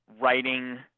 writing